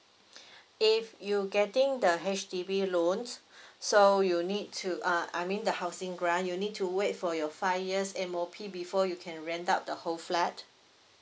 if you getting the H_D_B loans so you need to uh I mean the housing grant you need to wait for your five years M_O_P before you can rent out the whole flat